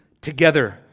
together